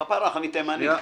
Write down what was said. כפרה, אני תימני.